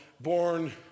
born